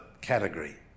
category